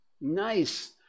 Nice